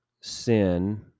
sin